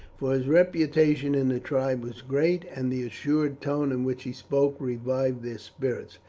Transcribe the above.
for his reputation in the tribe was great, and the assured tone in which he spoke revived their spirits.